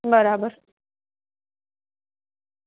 બરાબર